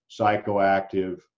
psychoactive